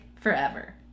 forever